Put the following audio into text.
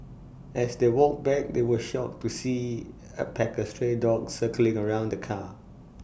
as they walked back they were shocked to see A pack of stray dogs circling around the car